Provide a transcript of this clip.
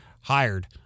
hired